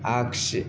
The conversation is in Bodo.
आग्सि